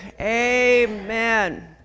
Amen